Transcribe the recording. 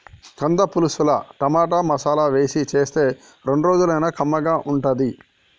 కంద పులుసుల టమాటా, మసాలా వేసి చేస్తే రెండు రోజులైనా కమ్మగా ఉంటది